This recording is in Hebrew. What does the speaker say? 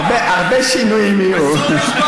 הרבה שינויים יהיו.